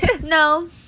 No